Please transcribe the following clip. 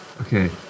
Okay